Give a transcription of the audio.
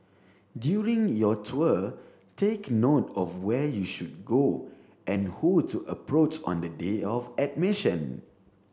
during your tour take note of where you should go and who to approach on the day of admission